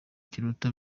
kiruta